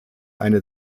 eine